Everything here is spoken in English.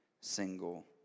single